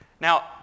Now